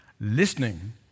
listening